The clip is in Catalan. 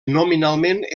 nominalment